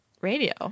radio